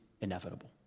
inevitable